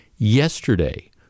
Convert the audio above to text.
Yesterday